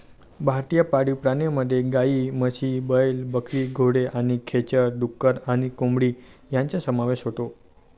भारतीय पाळीव प्राण्यांमध्ये गायी, म्हशी, बैल, बकरी, घोडे आणि खेचर, डुक्कर आणि कोंबडी यांचा समावेश होतो